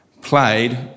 played